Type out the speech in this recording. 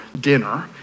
dinner